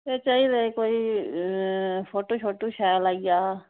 चाहिदा कोई जेह्ड़ी फोटो शोटो शैल आई जा